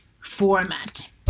format